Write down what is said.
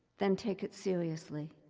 then take it seriously.